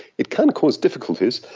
it can cause difficulties.